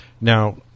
Now